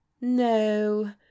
no